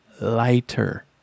lighter